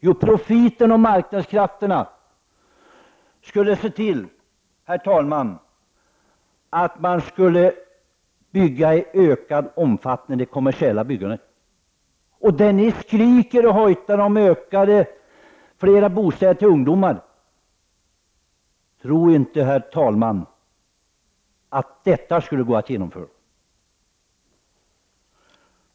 Jo, profiten och marknadskrafterna skulle se till att det kommersiella byggandet skulle öka i omfattning. Ni skriker och hojtar efter flera bostäder till ungdomarna. Tro inte då att avregleringen skulle kunna genomföras!